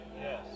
Yes